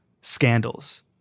scandals